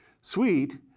Sweet